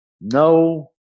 no